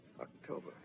October